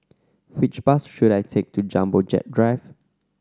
which bus should I take to Jumbo Jet Drive